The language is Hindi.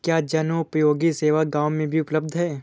क्या जनोपयोगी सेवा गाँव में भी उपलब्ध है?